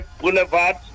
Boulevard